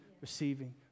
receiving